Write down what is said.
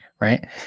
right